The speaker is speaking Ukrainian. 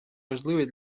важливий